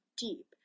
deep